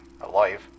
alive